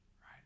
right